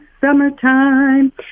summertime